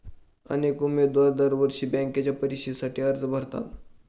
अनेक उमेदवार दरवर्षी बँकेच्या परीक्षेसाठी अर्ज भरतात